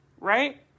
right